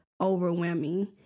overwhelming